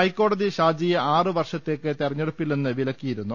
ഹൈക്കോടതി ഷാജിയെ ആറ് വർഷത്തേക്ക് തെരഞ്ഞെടു പ്പിൽ നിന്ന് വിലക്കിയിരുന്നു